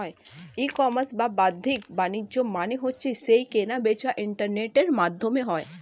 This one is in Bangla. ই কমার্স বা বাদ্দিক বাণিজ্য মানে হচ্ছে যেই কেনা বেচা ইন্টারনেটের মাধ্যমে হয়